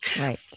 Right